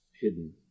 hidden